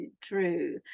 true